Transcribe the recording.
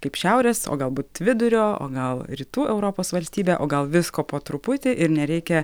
kaip šiaurės o galbūt vidurio o gal rytų europos valstybė o gal visko po truputį ir nereikia